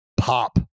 pop